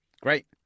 Great